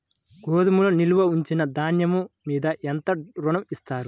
గోదాములో నిల్వ ఉంచిన ధాన్యము మీద ఎంత ఋణం ఇస్తారు?